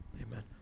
Amen